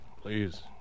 Please